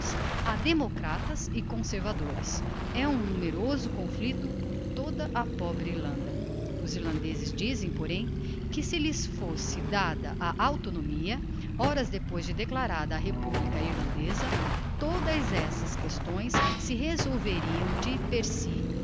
ha democratas e conservadores é um numeroso conflicto por toda a pobre irlanda os irlandezes dizem porém que se lhes fosse dada a autonomia horas depois de declarada a republica irlandeza todas estas questões se resolveriam de per